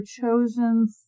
chosen